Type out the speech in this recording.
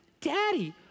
Daddy